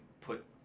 put